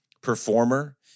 performer